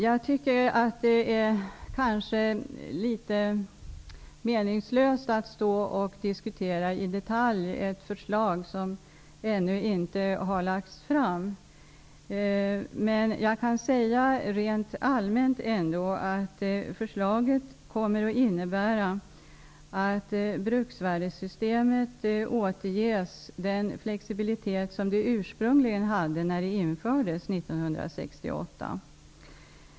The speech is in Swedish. Jag tycker nog att det är ganska meningslöst att i detalj diskutera ett förslag som ännu inte har lagts fram. Men jag kan rent allmänt säga att förslaget kommer att innebära att bruksvärdessystemet återges den flexibilitet som det ursprungligen hade när det infördes 1968.